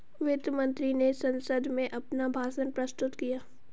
वित्त मंत्री ने संसद में अपना भाषण प्रस्तुत किया